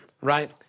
right